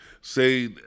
say